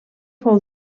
fou